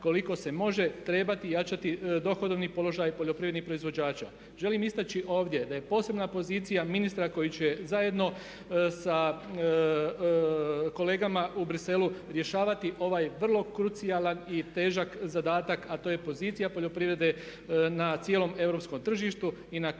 koliko se može trebati jačati dohodovni položaj poljoprivrednih proizvođača. Želim istaći ovdje da je posebna pozicija ministra koji će zajedno sa kolegama u Bruxellesu rješavati ovaj vrlo krucijalan i težak zadatak a to je pozicija poljoprivrede na cijelom europskom tržištu. I na kraju